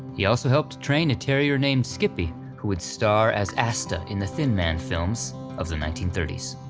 he also helped train a terrier named skippy who would star as asta in the thin man films of the nineteen thirty s.